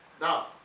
Now